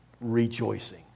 rejoicing